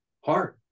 hard